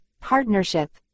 partnership